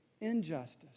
injustice